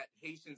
Haitians